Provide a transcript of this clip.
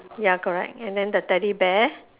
ya correct and then the teddy bear